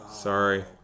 sorry